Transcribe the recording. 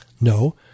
No